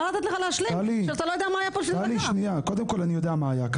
מה לתת לך להשלים כשאתה לא יודע מה היה פה?